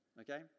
okay